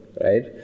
right